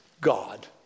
God